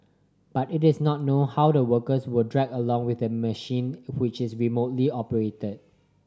but it is not known how the worker were dragged along with the machine which is remotely operated